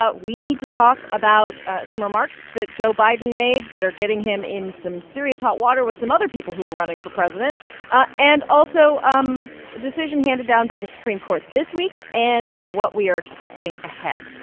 ah we need to talk about some remarks that joe biden made that are getting him in some serious hot water with some other people who are running for president ah and also um a decision handed down by the supreme court this week and what we are expecting ahead.